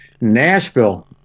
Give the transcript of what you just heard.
Nashville